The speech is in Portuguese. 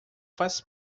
faz